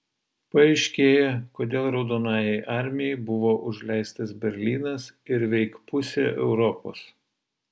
paaiškėja kodėl raudonajai armijai buvo užleistas berlynas ir veik pusė europos